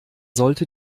sollte